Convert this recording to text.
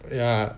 ya